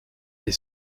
des